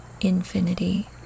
infinity